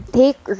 take